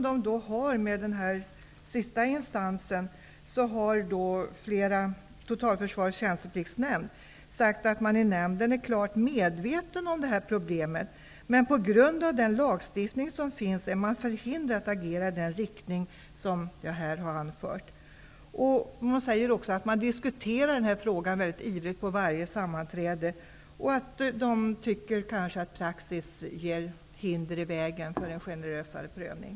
Vid samtal med den sista instansen har Totalförsvarets tjänstepliktsnämnd sagt att man i nämnden är klart medveten om problemet. Men på grund av lagstiftningen är man förhindrad att agera i den riktning som jag här har anfört. Man säger också att den här frågan diksuteras mycket ivrigt på varje sammanträde, och man tycker kanske att praxis lägger hinder i vägen för en generösare prövning.